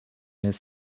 his